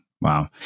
Wow